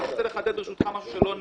אני רק רוצה לחדד, ברשותך, משהו שלא נאמר.